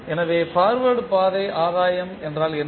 எனவே பார்வேர்ட் பாதை ஆதாயம் என்றால் என்ன